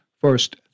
first